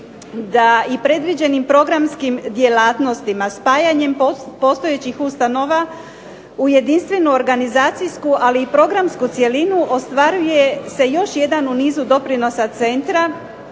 da i predviđenim programskim djelatnostima, spajanjem postojećih ustanova, u jedinstvenu organizacijsku ali i programsku cjelinu ostvaruje se još jedan u nizu doprinosa Centra,